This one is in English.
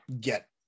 get